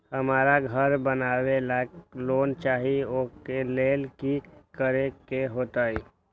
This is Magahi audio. हमरा घर बनाबे ला लोन चाहि ओ लेल की की करे के होतई?